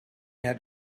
had